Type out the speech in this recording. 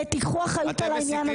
קחו אחריות על העניין הזה.